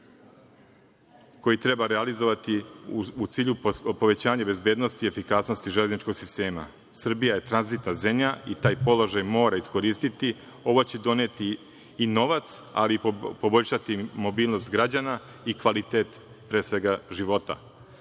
koji treba realizovati u cilju povećanja bezbednosti i efikasnosti železničkog sistema. Srbija je tranzitna zemlja i taj položaj mora iskoristiti. Ovo će doneti i novac, ali i poboljšati mobilnost građana i kvalitet, pre svega života. Jedan